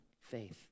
faith